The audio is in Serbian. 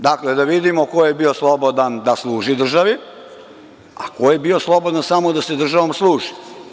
Dakle, da vidimo ko je bio slobodan da služi državi, a ko je bio slobodan samo da se državom služi.